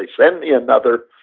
like send me another.